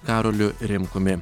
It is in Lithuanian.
karoliu rimkumi